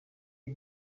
est